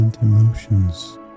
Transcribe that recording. emotions